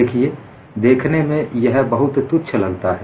देखिए देखने में यह बहुत तुच्छ लगता है